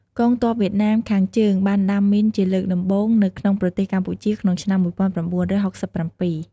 កងទ័ពវៀតណាមខាងជើងបានដាំមីនជាលើកដំបូងនៅក្នុងប្រទេសកម្ពុជាក្នុង ឆ្នាំ ១៩៦៧។